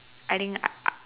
I think I I